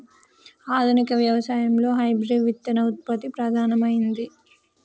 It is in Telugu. ఆధునిక వ్యవసాయం లో హైబ్రిడ్ విత్తన ఉత్పత్తి ప్రధానమైంది